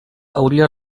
hauria